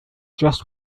just